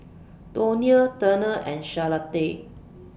Donia Turner and Charlotta